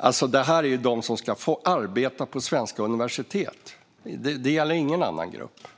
alltså om dem som ska arbeta på svenska universitet - ingen annan grupp.